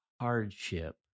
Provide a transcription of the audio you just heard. hardship